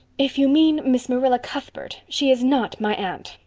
if you mean miss marilla cuthbert, she is not my aunt,